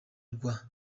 rwa